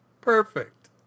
Perfect